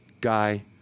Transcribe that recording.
guy